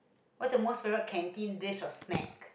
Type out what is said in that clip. what is the most favourite canteen dish or snacks